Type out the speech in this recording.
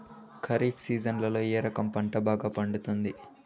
ఖరీఫ్ సీజన్లలో ఏ రకం పంట బాగా పండుతుంది